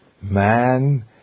man